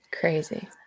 Crazy